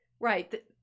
Right